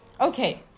okay